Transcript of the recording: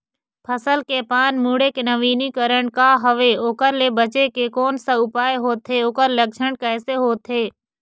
फसल के पान मुड़े के नवीनीकरण का हवे ओकर ले बचे के कोन सा उपाय होथे ओकर लक्षण कैसे होथे?